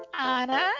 Anna